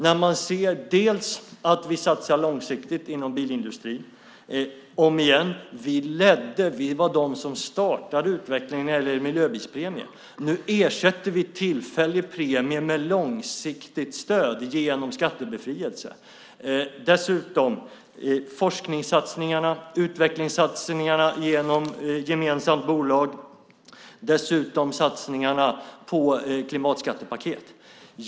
Där ser man att vi satsar långsiktigt inom bilindustrin. Återigen: Vi var de som startade utvecklingen när det gäller miljöbilspremien. Nu ersätter vi en tillfällig premie med långsiktigt stöd genom skattebefrielse. Dessutom vill jag framhålla forskningssatsningarna och utvecklingssatsningarna genom gemensamt bolag liksom satsningarna på ett klimatskattepaket.